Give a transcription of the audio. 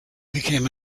became